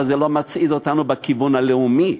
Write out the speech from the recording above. אבל זה לא מצעיד אותנו בכיוון הלאומי,